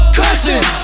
cursing